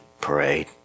parade